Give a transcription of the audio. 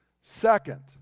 Second